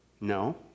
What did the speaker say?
No